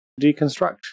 deconstruct